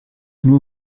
nur